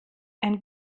ein